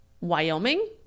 Wyoming